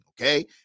Okay